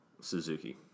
Suzuki